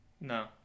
No